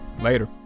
Later